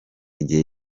igihe